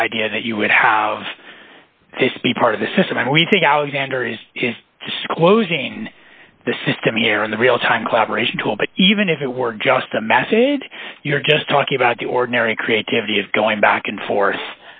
the idea that you would have to be part of the system and we think alexander is disclosing the system here in the real time collaboration tool but even if it were just a message you're just talking about the ordinary creativity of going back and forth